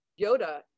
Yoda